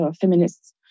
feminists